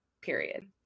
period